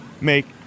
make